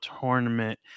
tournament